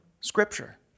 Scripture